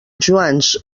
joans